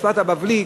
משפת הבבלי.